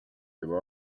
juba